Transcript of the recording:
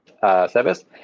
service